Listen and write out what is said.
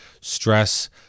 stress